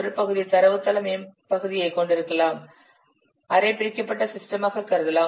ஒரு பகுதி தரவு தள பகுதியைக் கொண்டிருக்கலாம் அரை பிரிக்கப்பட்ட சிஸ்டமாக கருதலாம்